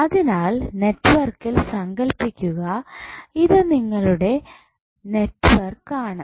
അതിനാൽ നെറ്റ്വർക്കിൽ സങ്കൽപിക്കുക ഇത് നിങ്ങളുടെ നെറ്റ്വർക്ക് ആണ്